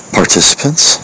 participants